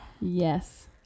yes